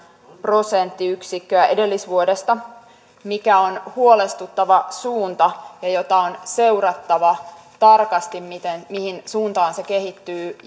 prosenttiyksikköä edellisvuodesta mikä on huolestuttava suunta ja on seurattava tarkasti mihin suuntaan se kehittyy